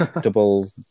Double